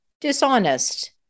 dishonest